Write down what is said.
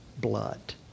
blood